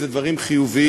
אלה דברים חיוביים,